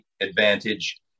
advantage